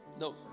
No